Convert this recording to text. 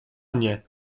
mnie